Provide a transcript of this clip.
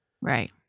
Right